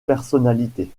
personnalités